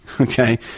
okay